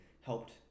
helped